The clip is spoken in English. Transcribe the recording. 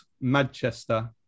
Manchester